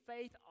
faith